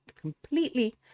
completely